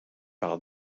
par